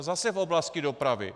A zase v oblasti dopravy.